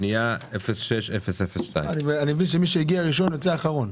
פנייה 06-002. אני מבין שמי שמגיע ראשון יוצא אחרון?